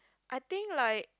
I think like